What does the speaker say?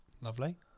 Lovely